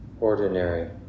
ordinary